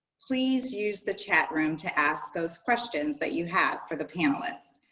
please use the chat room to ask those questions that you have for the panelists.